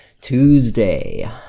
Tuesday